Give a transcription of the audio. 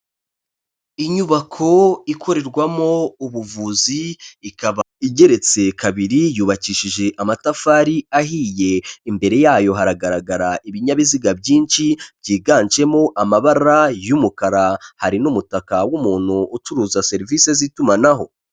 Inyubako ikorerwamo ubuvuzi ikaba igeretse kabiri yubakishije amatafari ahiye, imbere yayo hagaragara ibinyabiziga byinshi byiganjemo amabara y'umukara, hari n'umutaka w'umuntu ucuruza serivisi z'itumanaho.